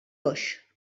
oix